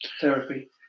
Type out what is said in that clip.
therapy